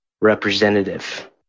representative